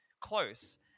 close